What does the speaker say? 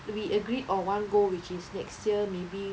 we agreed on one goal which is next year maybe